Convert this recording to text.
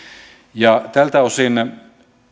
tältä osin